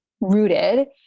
rooted